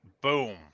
boom